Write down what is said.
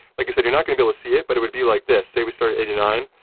like i said, you're not gonna be see it, but it would be like this. say we start at eighty nine,